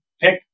Pick